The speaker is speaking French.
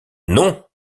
non